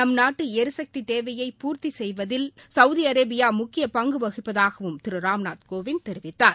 நம் நாட்டு எரிசக்தி தேவையை பூர்த்தி செய்வதில் சவுதி அரேபியா முக்கிய பங்கு வகிப்பதாகவும் திரு ராம்நாத் கோவிந்த் தெரிவித்தார்